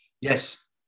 Yes